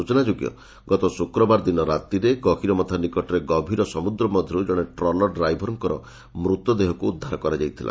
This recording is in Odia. ସୂଚନାଯୋଗ୍ୟ ଗତ ଶୁକ୍ରବାର ଦିନ ରାତିରେ ଗହୀରମଥା ନିକଟରେ ଗଭୀର ସମୁଦ୍ର ମଧ୍ଧରୁ ଜଶେ ଟ୍ରଲର ଡ୍ରାଇଭରଙ୍କର ମୃତଦେହକୁ ଉଦ୍ଧାର କରାଯାଇଥିଲା